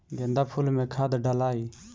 गेंदा फुल मे खाद डालाई?